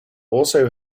also